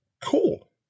cool